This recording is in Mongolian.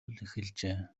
эхэлжээ